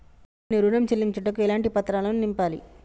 నేను ఋణం చెల్లించుటకు ఎలాంటి పత్రాలను నింపాలి?